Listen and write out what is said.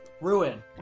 ruin